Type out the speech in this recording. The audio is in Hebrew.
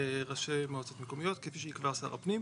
וראשי מועצות מקומיות כפי שיקבע שר הפנים.